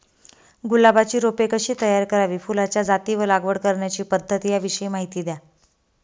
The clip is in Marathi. गुलाबाची रोपे कशी तयार करावी? फुलाच्या जाती व लागवड करण्याची पद्धत याविषयी माहिती द्या